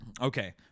Okay